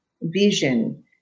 vision